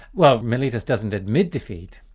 well, meletus doesn't admit defeat,